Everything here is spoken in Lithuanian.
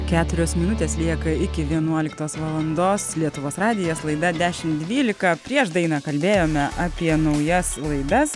keturios minutės lieka iki vienuoliktos valandos lietuvos radijas laida dešimt dvylika prieš dainą kalbėjome apie naujas laidas